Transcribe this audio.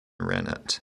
rennet